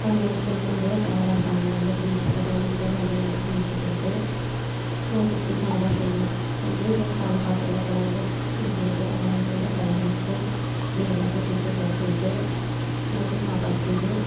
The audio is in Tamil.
குழந்தைங்க ஸ்கூல் விட்டு வந்து டயடாக இருப்பாங்க வந்து டீ வச்சு தரணும் வீட்டுக்காரரும் வந்துருவார் டீ வச்சு கொடுத்து நைட்டுக்கு டிஃபன் எதாவது செய்யணும் செஞ்சு ஒரு காலையில் பாத்திரலாம் கழுவுனது மீதி இருக்கும் அதை நைட்டு வந்து கழுவி வச்சு வீடெல்லாம் கூட்டி விட்டு துடச்சி விட்டு நைட்டு சாப்பாடு செஞ்சு